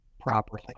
properly